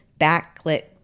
backlit